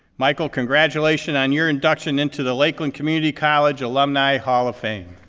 michael, congratulations on your induction into the lakeland community college alumni hall of fame.